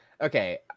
Okay